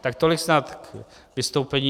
Tak tolik snad k vystoupení.